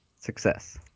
Success